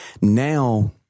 now